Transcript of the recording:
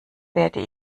werde